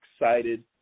excited